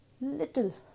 little